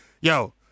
Yo